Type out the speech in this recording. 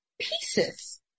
pieces